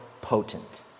potent